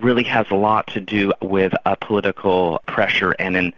really has a lot to do with ah political pressure and and